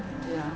ya